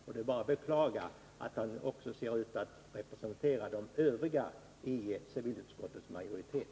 Det är bara att beklaga att det ser ut som om han också representerar de övriga ledamöterna i civilutskottets majoritet.